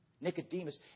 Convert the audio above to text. Nicodemus